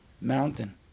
mountain